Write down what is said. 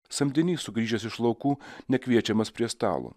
samdinys sugrįžęs iš laukų nekviečiamas prie stalo